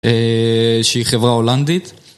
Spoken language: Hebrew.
שהיא חברה הולנדית